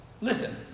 listen